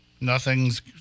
Nothing's